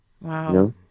Wow